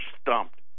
stumped